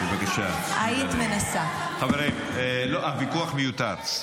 היית מנסה --- אבל אין לך עם מי לחתום.